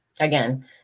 Again